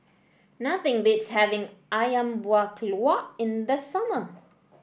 nothing beats having ayam Buah Keluak in the summer